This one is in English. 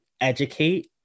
Educate